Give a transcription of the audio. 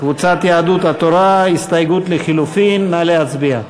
קבוצת יהדות התורה, הסתייגות לחלופין, נא להצביע.